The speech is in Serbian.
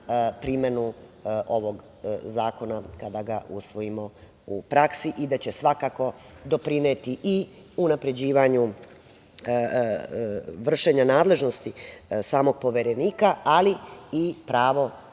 primenu ovog zakona kada ga usvojimo u praksi i da će svakako, doprineti i unapređivanju vršenja nadležnosti samog Poverenika, ali i pravo